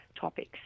topics